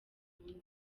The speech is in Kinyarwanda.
burundu